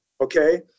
okay